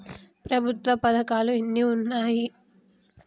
ప్రభుత్వ పథకాలు ఎన్ని ఉన్నాయి?